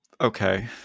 Okay